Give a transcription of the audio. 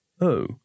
Oh